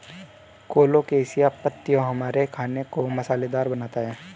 colocasia पत्तियां हमारे खाने को मसालेदार बनाता है